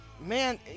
Man